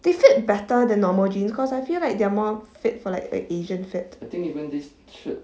they it better than normal jeans because I feel like they're more fit for like like asian fit